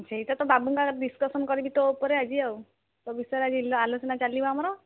ସେଇଟା ତୋ ବାବୁଙ୍କ ଆଗରେ ଡିସ୍କସନ୍ କରିବି ତୋ ଉପରେ ଆଜି ଆଉ ତୋ ବିଷୟରେ ଆଜି ଆଲୋଚନା ଚାଲିବ ଆଜି ଆମର